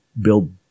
Build